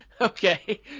okay